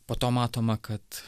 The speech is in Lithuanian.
po to matoma kad